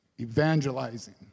evangelizing